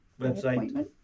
website